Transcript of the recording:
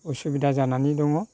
असुबिदा जानानै दङ